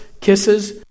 kisses